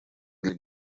для